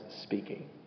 speaking